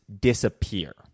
disappear